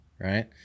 right